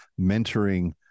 mentoring